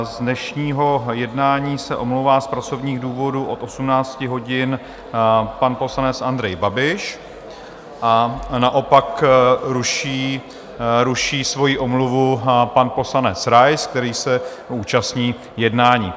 Z dnešního jednání se omlouvá z pracovních důvodů od 18 hodin pan poslanec Andrej Babiš a naopak ruší svoji omluvu pan poslanec Rais, který se účastní jednání.